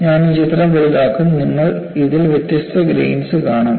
ഞാൻ ഈ ചിത്രം വലുതാക്കും നിങ്ങൾ ഇതിൽ വ്യത്യസ്ത ഗ്രേൻസ് കാണും